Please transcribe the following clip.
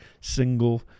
single